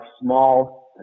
small